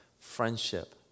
friendship